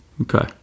Okay